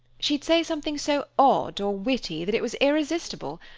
she'd say something so odd or witty that it was irresistible.